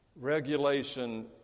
regulation